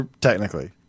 technically